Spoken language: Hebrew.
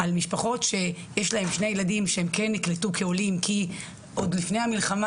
משפחות שיש להן שני ילדים שכן נקלטו כעולים כי עוד לפני המלחמה